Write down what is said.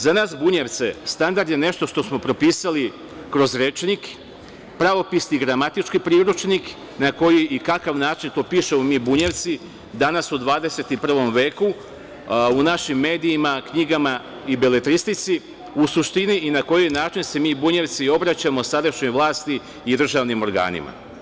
Za nas bunjevce, standard je nešto što smo propisali kroz rečnik, pravopisni i gramatički priručnik, koji i kakav način, a to pišemo mi bunjevci danas u 21. veku, u našim medijima, knjigama i beletristici, u suštini i na koji način se mi bunjevci obraćamo sadašnjoj vlasti i državnim organima.